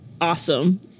awesome